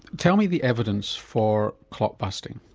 tell me the evidence for clot busting.